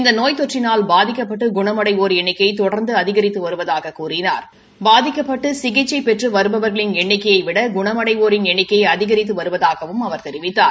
இந்த நோய் தொற்றினால் பாதிக்கப்பட்டு குணமடைவோரின் எண்ணிக்கை தொடர்ந்து அதிகரித்து வருவதாகக் கூறினார் பாதிக்கப்பட்டு சிகிச்சை பெற்று வருபவர்களின் எண்ணிக்கையவிட குணமடைவோரின் எண்ணிக்கை அதிகரித்து வருவதாகவும் அவர் தெரிவித்தார்